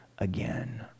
again